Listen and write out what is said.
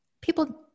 People